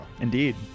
Indeed